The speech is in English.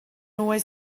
always